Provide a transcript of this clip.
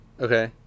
okay